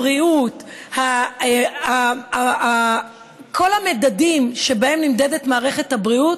בבריאות, בכל המדדים שבהם נמדדת מערכת הבריאות,